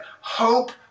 hope